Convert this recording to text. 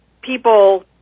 people